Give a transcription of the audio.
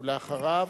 ואחריו,